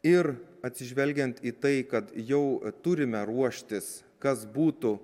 ir atsižvelgiant į tai kad jau turime ruoštis kas būtų